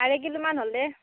আঢ়ৈ কিলোমান হ'লে